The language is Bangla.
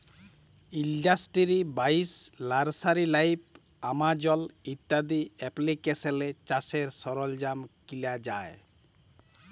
ইলডাস্টিরি বাইশ, লার্সারি লাইভ, আমাজল ইত্যাদি এপ্লিকেশলে চাষের সরল্জাম কিলা যায়